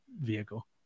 vehicle